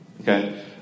Okay